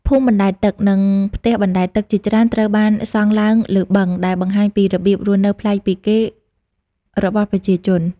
ភូមិអណ្តែតទឹក និងផ្ទះបណ្តែតទឹកជាច្រើនត្រូវបានសង់ឡើងលើបឹង ដែលបង្ហាញពីរបៀបរស់នៅប្លែកពីគេរបស់ប្រជាជន។